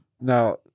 Now